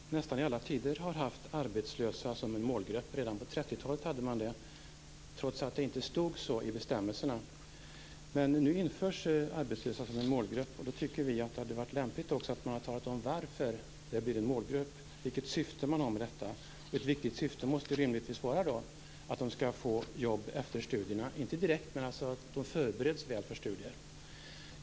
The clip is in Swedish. Herr talman! Folkhögskolan har nästan i alla tider haft arbetslösa som en målgrupp. Det hade man redan på 30-talet, trots att det inte stod så i bestämmelserna. Nu införs de arbetslösa som en målgrupp, och då tycker vi att det hade varit lämpligt att man hade talat om varför och vilket syfte man har med det. Ett viktigt syfte måste rimligtvis vara att de arbetslösa skall få jobb efter studierna. Det kommer inte direkt, men de förbereds väl.